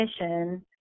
mission